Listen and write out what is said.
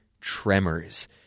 Tremors